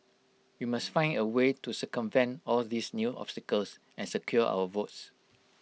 we must find A way to circumvent all these new obstacles and secure our votes